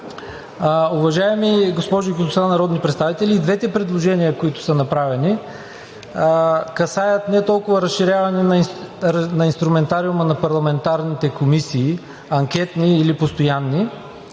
Двете предложения, които са направени, касаят не толкова разширяване на инструментариума на парламентарните комисии – анкетни или постоянни,